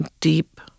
deep